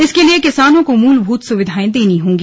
इसके लिये किसानों को मुलभूत सुविधा देनी होगी